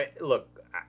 look